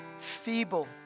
feeble